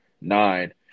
nine